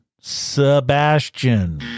Sebastian